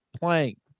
playing